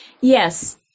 Yes